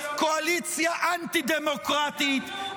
קואליציה אנטי-דמוקרטית.